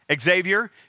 Xavier